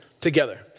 together